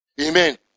Amen